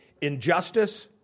Injustice